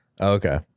Okay